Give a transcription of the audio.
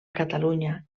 catalunya